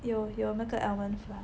有有那个 almond flour